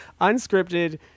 unscripted